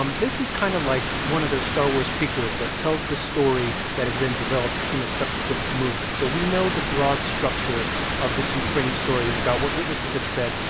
um this is kind of like one of those star wars prequels that tells the story that is then developed in a subsequent movie. so we know the broad structure of this ukraine story and about what witnesses have said.